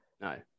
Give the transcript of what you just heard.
No